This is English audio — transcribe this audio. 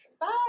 Bye